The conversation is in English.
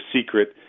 secret